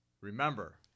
remember